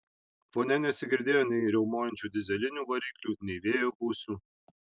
fone nesigirdėjo nei riaumojančių dyzelinių variklių nei vėjo gūsių